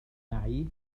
معي